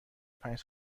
پنج